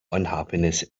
unhappiness